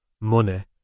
money